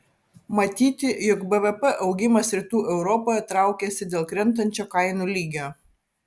matyti jog bvp augimas rytų europoje traukiasi dėl krentančio kainų lygio